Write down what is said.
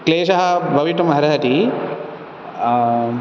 क्लेशः भवितुमर्हति